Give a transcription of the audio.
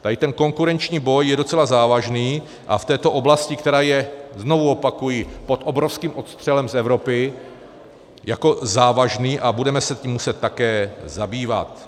Tady ten konkurenční boj je docela závažný a v této oblasti, která je, znovu opakuji, pod obrovským odstřelem z Evropy jako závažný a budeme se tím muset také zabývat.